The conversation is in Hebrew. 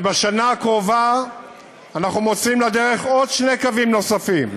ובשנה הקרובה אנחנו מוציאים לדרך שני קווים נוספים,